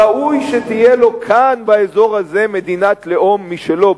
ראוי שתהיה לו כאן באזור הזה מדינת לאום משלו,